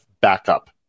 backup